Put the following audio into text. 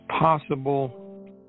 possible